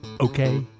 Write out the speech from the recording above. Okay